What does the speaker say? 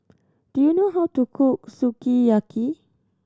do you know how to cook Sukiyaki